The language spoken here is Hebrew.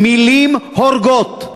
מילים הורגות.